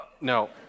No